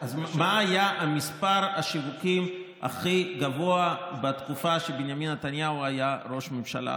מה היה מספר השיווקים הכי גבוה בתקופה שבנימין נתניהו היה ראש ממשלה,